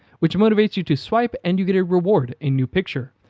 which motivates you to swipe, and you get a reward a new picture.